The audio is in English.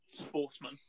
sportsman